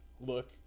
look